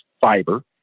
fiber